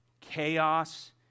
Chaos